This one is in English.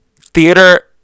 theater